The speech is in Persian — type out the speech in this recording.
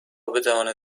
بتواند